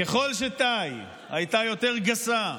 ככל שטאי הייתה יותר גסה,